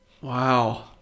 Wow